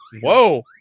Whoa